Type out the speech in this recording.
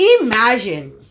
Imagine